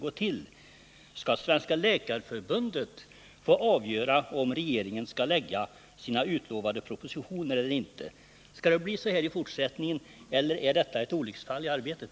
Skall Sveriges läkarförbund få avgöra om regeringen skall lägga fram sina utlovade propositioner eller inte? Skall det bli så här i fortsättningen eller är detta ett olycksfall i arbetet?